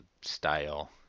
style